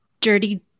dirty